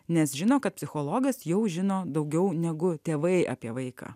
nes žino kad psichologas jau žino daugiau negu tėvai apie vaiką